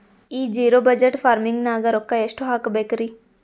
ಈ zero budget farming ನಾಗ್ ರೊಕ್ಕ ಎಷ್ಟು ಹಾಕಬೇಕರಿ?